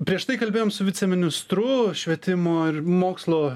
prieš tai kalbėjom su viceministru švietimo ir mokslo